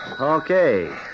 Okay